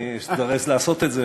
אני אזדרז לעשות את זה.